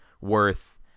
worth